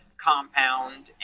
compound